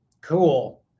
Cool